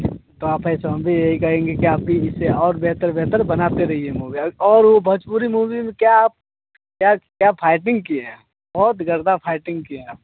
तो आप हैं सो हम भी यही कहेंगे कि आप प्लीज इससे और बेहतर बेहतर बनाते रहिए मुवी और वह भोजपुरी मुवी में क्या आप क्या क्या फाइटिंग किए हैं बहुत गर्दा फाइटिंग किए हैं आप